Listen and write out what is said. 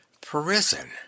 Prison